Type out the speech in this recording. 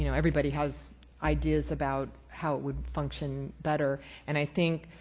you know everybody has ideas about how it would function better and i think